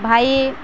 ଭାଇ